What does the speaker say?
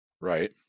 right